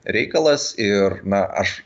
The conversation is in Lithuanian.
reikalas ir na aš